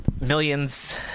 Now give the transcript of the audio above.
millions